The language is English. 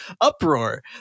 uproar